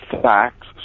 facts